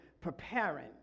preparing